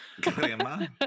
Crema